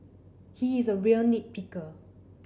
he is a real nit picker